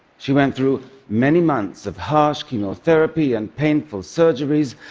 she went through many months of harsh chemotherapy and painful surgeries,